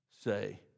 say